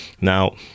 Now